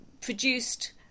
produced